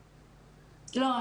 לא.